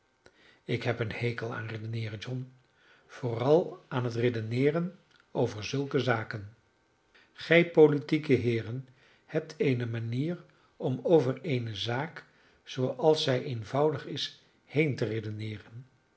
ik heb een hekel aan redeneeren john vooral aan het redeneeren over zulke zaken gij politieke heeren hebt eene manier om over eene zaak zooals zij eenvoudig is heen te redeneeren